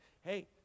hey